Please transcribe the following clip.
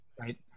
right